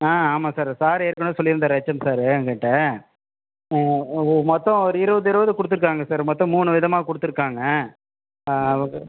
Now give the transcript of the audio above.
ஆமாம் sir sir ஏற்கனவே சொல்லியிருந்தாரு ஹெச்எம் சார் எங்கள்கிட்ட மொத்தம் ஒரு இருபது இருபது கொடுத்திருக்காங்க சார் மொத்தம் மூணு விதமாக கொடுத்திருக்காங்க